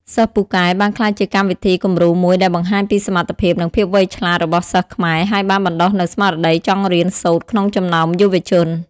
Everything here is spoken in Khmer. សិស្សពូកែ បានក្លាយជាកម្មវិធីគំរូមួយដែលបង្ហាញពីសមត្ថភាព និងភាពវៃឆ្លាតរបស់សិស្សខ្មែរ ហើយបានបណ្ដុះនូវស្មារតីចង់រៀនសូត្រក្នុងចំណោមយុវជន។